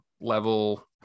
level